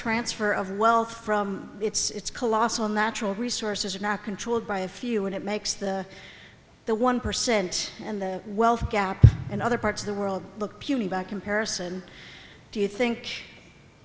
transfer of wealth from its colossal natural resources are not controlled by a few and it makes the the one percent and the wealth gap and other parts of the world look puny back comparison do you think